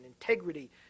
integrity